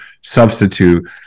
substitute